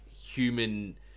human